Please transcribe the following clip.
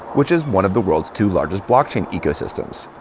which is one of the world's two largest blockchain ecosystems.